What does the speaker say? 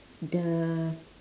the